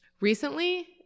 Recently